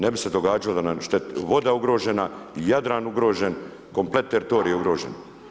Ne bi se događalo da nam je voda ugrožena, Jadran ugrožen, komplet teritorij je ugrožen.